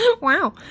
Wow